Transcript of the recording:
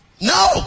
No